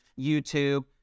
youtube